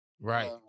Right